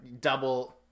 double